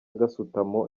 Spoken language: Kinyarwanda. gasutamo